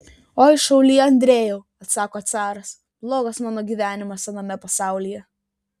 oi šauly andrejau atsako caras blogas mano gyvenimas aname pasaulyje